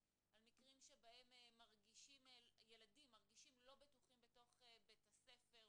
על מקרים שבהם ילדים מרגישים לא בטוחים בתוך בית הספר,